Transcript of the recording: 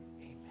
Amen